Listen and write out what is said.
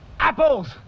Apples